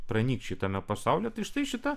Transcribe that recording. pranykt šitame pasaulyje tai štai šita